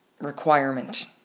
requirement